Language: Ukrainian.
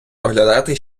доглядати